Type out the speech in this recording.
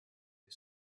des